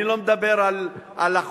אני לא מדבר על החורף,